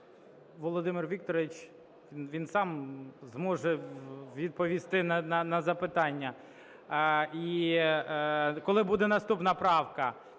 Володимир Вікторович, він сам зможе відповісти на запитання і коли буде наступна правка.